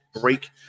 break